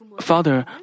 Father